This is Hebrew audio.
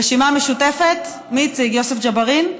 הרשימה המשותפת, מי הציג, יוסף ג'בארין?